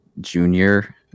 junior